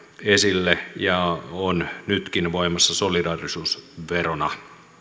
esille ja on nytkin voimassa solidaarisuusverona